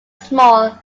small